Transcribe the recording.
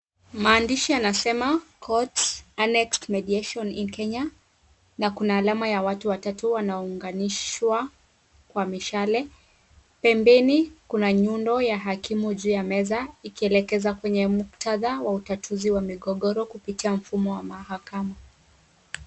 Maandishi yanasema COURT ANNEXED MEDIATION IN KENYA na kuna alama ya watu watatu wanaungwa nishwa kwa mishale. Pembeni kuna nyundo ya hakimu juu ya meza, ikielekeza kwenye muktadha wa ugatuzi wa migogoro kupitia ufumo wa mahakama.